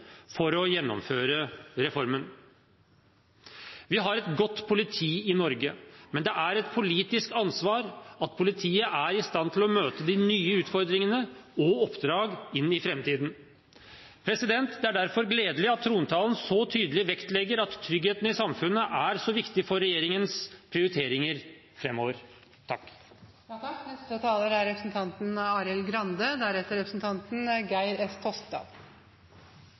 for å gjennomføre reformen. Vi har et godt politi i Norge, men det er et politisk ansvar at politiet er i stand til å møte de nye utfordringene og oppdragene i framtiden. Det er derfor gledelig at trontalen så tydelig vektlegger at tryggheten i samfunnet er så viktig for regjeringens prioriteringer